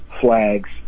flags